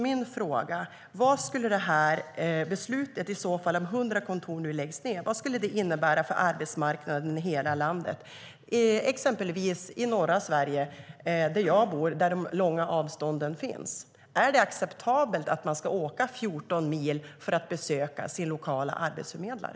Min fråga är: Vad skulle beslutet om att lägga ned 100 kontor innebära för arbetsmarknaden i hela landet, exempelvis i norra Sverige, där jag bor och där de långa avstånden finns? Är det acceptabelt att man ska åka 14 mil för att besöka sin lokala arbetsförmedlare?